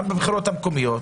גם בבחירות המקומיות,